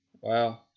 Wow